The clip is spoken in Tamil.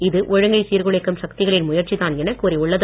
இது ஒழுங்கை சீர்குலைக்கும் சக்திகளின் முயற்சி தான் என கூறியுள்ளது